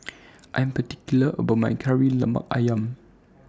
I Am particular about My Kari Lemak Ayam